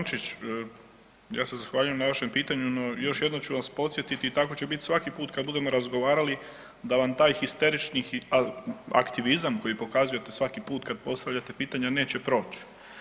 Benčić, ja se zahvaljujem na vašem pitanju, no još jednom ću vas podsjetiti i tako će bit svaki put kad budemo razgovarali da vam taj histerični aktivizam koji pokazujete svaki put kad postavljate pitanja neće proć.